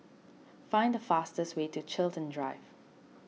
find the fastest way to Chiltern Drive